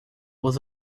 was